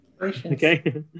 Okay